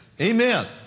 Amen